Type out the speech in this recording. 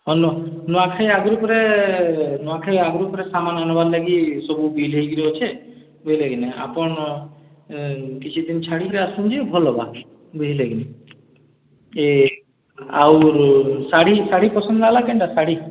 ନୂଆଖାଇ ଆଗ୍ରୁ ଫେର୍ ନୂଆଖାଇ ଆଗ୍ରୁ ଫେର୍ ସାମାନ୍ ଆନ୍ବାର୍ ଲାଗି ସବୁ ବିଲ୍ ହେଇକରି ଅଛେ ବିଲ୍ ହେଇକରି ଆପଣ୍ କିଛି ଦିନ୍ ଛାଡ଼ିକିରି ଆସୁନ୍ ଯେ ଭଲ୍ ହେବା ବୁଝ୍ଲେ କି ନି ଇ ଆଉ ଶାଢ଼ୀ ଶାଢ଼ୀ ପସନ୍ଦ୍ ଲାଗ୍ଲା କେନ୍ଟା ଶାଢ଼ୀ